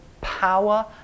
power